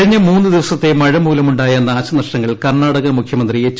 കഴിഞ്ഞ മൂന്ന് ദിവസത്തെ മഴമൂലമുണ്ടായ നാശനഷ്ടങ്ങൾ കർണാടക മുഖ്യമന്ത്രി എച്ച്